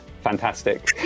fantastic